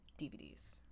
DVDs